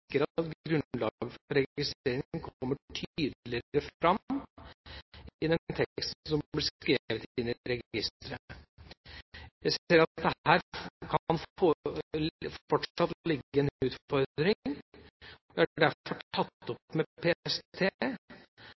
å sikre at grunnlaget for registreringen kommer tydeligere fram i den teksten som blir skrevet i registeret. Jeg ser at det her fortsatt kan ligge en utfordring. Jeg har derfor tatt opp med PST